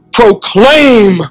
proclaim